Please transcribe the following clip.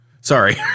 Sorry